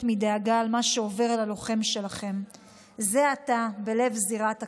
מדאגה על מה שעובר על הלוחם שלכם זה עתה בלב זירת הקרב.